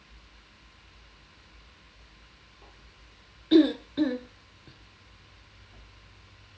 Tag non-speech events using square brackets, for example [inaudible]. [coughs]